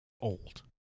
old